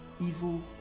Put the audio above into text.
evil